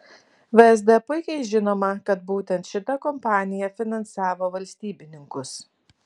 vsd puikiai žinoma kad būtent šita kompanija finansavo valstybininkus